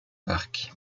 parc